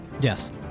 Yes